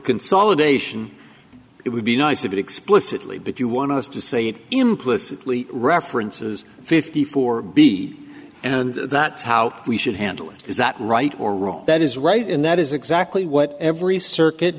consolidation it would be nice if it explicitly but you want us to say it implicitly references fifty four b and that's how we should handle it is that right or wrong that is right and that is exactly what every circuit